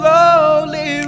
Slowly